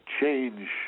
change